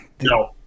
No